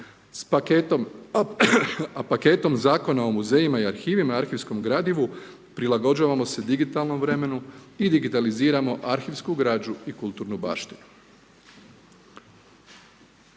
sa paketom Zakona o muzejima i arhivima i arhivskom gradivu prilagođavamo se digitalnom vremenu i digitaliziramo arhivsku građu i kulturnu baštinu.